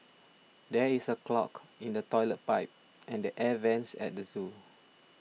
there is a clog in the Toilet Pipe and the Air Vents at the zoo